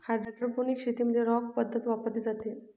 hydroponics शेतीमध्ये rock पद्धत वापरली जाते